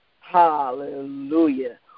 Hallelujah